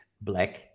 black